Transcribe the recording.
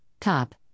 Top